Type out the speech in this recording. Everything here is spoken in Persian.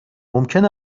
ممکن